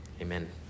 Amen